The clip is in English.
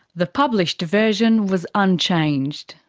the published version was unchanged.